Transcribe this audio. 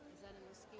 settings.